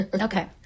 okay